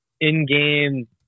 in-game